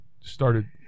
started